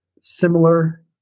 similar